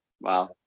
Wow